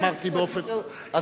אמרתי באופן, שלום.